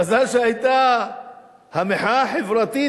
מזל שהיתה המחאה החברתית,